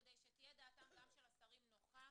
כדי שתהיה דעתם גם של השרים נוחה